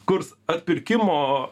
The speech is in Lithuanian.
kurs atpirkimo